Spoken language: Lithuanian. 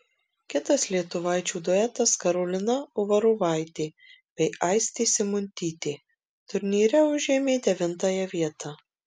kitas lietuvaičių duetas karolina uvarovaitė bei aistė simuntytė turnyre užėmė devintąją vietą